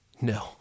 No